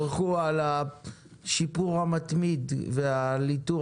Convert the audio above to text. תבורכו על השיפור המתמיד ועל איתור